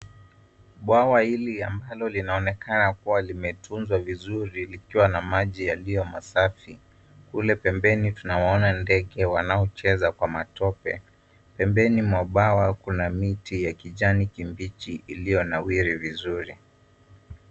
Bwawa hili ya Mhalo linaoenakana kuwa limetunzwa vizuri likiwa na maji yaliyo masafi. Kule pembeni tunawaona ndege wanaocheza kwa matope. Pembeni mwa bwawa kuna miti ya kijani kimbichi iliyonawiri vizuri.